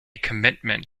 commitment